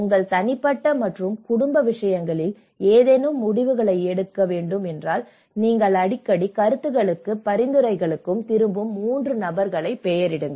உங்கள் தனிப்பட்ட மற்றும் குடும்ப விஷயங்களில் ஏதேனும் முடிவுகளை எடுக்க நீங்கள் அடிக்கடி கருத்துக்களுக்கும் பரிந்துரைகளுக்கும் திரும்பும் 3 நபர்களைப் பெயரிடுங்கள்